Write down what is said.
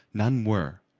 none were,